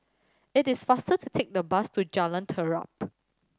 it is faster to take the bus to Jalan Terap